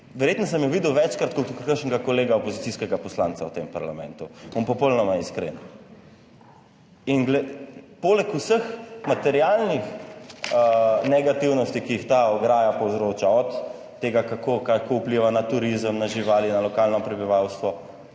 verjetno sem jo videl večkrat kot kakšnega kolega, opozicijskega poslanca v tem parlamentu, bom popolnoma iskren. In poleg vseh materialnih negativnosti, ki jih ta ograja povzroča, od tega kako vpliva na turizem, na živali, na lokalno prebivalstvo.